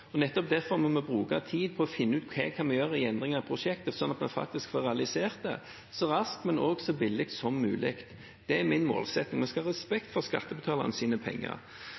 Nettopp derfor må vi bruke tid på å finne ut hva vi kan gjøre av endringer i prosjektet, sånn at vi faktisk får realisert det så raskt og så billig som mulig. Det er min målsetting. Vi skal ha respekt for skattebetalernes penger.